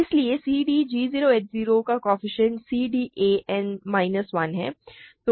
इसलिए c d g 0 h 0 का coefficient c d a n minus 1 है